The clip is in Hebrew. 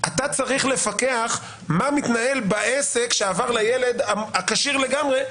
אתה צריך לפקח על העסק שעבר לילד הכשיר לגמרי,